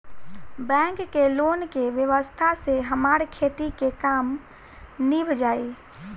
bank के loan के व्यवस्था से हमार खेती के काम नीभ जाई